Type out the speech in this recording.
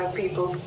people